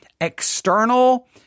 external